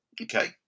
Okay